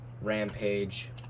Rampage